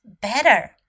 better